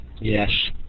Yes